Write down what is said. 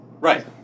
Right